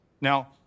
Now